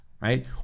right